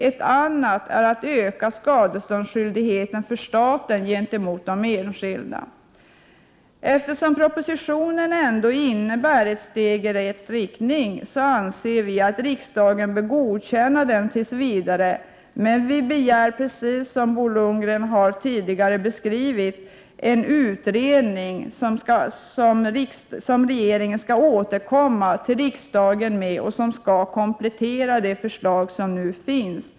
Ett annat är att öka skadeståndsskyldigheten för staten gentemot de enskilda. Eftersom propositionen ändå innebär ett steg i rätt riktning, anser vi att riksdagen tills vidare bör godkänna förslagen i den, men som Bo Lundgren tidigare har beskrivit begär också vi att det tillsätts en utredning som skall komplettera det föreliggande förslaget och som regeringen skall återkomma till riksdagen med. Herr talman!